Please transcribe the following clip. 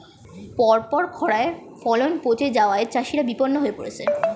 পরপর খড়ায় ফলন পচে যাওয়ায় চাষিরা বিষণ্ণ হয়ে পরেছে